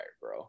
bro